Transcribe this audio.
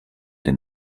den